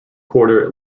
quarter